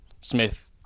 Smith